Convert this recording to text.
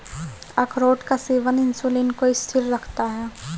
अखरोट का सेवन इंसुलिन को स्थिर रखता है